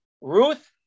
Ruth